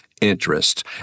interest